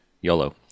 YOLO